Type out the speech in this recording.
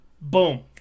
boom